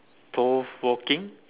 those smoking